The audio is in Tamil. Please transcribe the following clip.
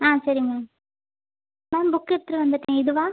ஆ சரி மேம் மேம் புக் எடுத்துகிட்டு வந்துவிட்டேன் இதுவா